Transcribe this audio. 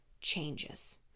changes